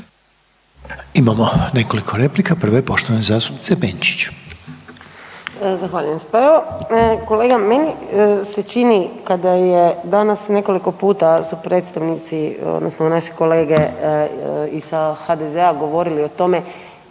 Imamo nekoliko replika. Prva je poštovane zastupnice Benčić. **Benčić, Sandra (Možemo!)** Zahvaljujem. Kolega meni se čini kada je danas nekoliko puta su predstavnici, odnosno naši kolege i sa HDZ-a govorili o tome